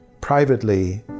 privately